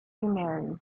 remarry